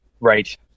Right